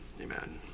amen